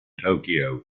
tokyo